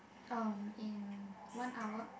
uh in one hour